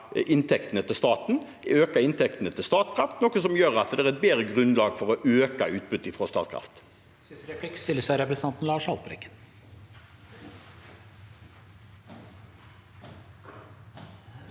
inntektene til staten. Det øker inntektene til Statkraft, noe som gjør at det er et bedre grunnlag for å øke utbyttet fra Statkraft.